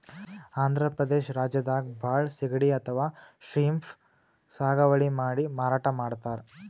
ಆಂಧ್ರ ಪ್ರದೇಶ್ ರಾಜ್ಯದಾಗ್ ಭಾಳ್ ಸಿಗಡಿ ಅಥವಾ ಶ್ರೀಮ್ಪ್ ಸಾಗುವಳಿ ಮಾಡಿ ಮಾರಾಟ್ ಮಾಡ್ತರ್